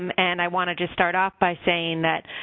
um and i want to just start off by saying that